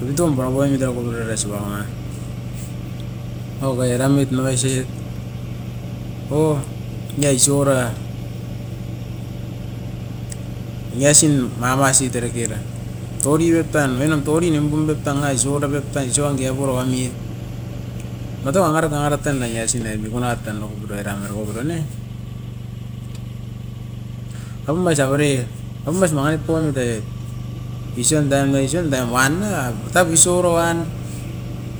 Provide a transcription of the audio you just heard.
Eva taum pura poimit era koporioro ois ponga, owa koi era mit nangai siit, o ni aisi oura. Niaisin mavasit era kera, todi pep tan oinon todi nimpum pep tan ais mawata pep tan oisi wanke aboro amit. Matau a ngarat, a ngarat tan ais indai mikun arait tan nokukuroi eram orobiroi ne, apum ais avere. Apum ais mangi nip poimit avit, isioun daim noision dain wan ne avat tapusioro wan,